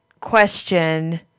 Question